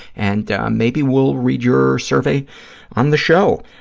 and maybe we'll read your survey on the show.